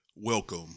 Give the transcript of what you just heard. Welcome